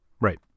Right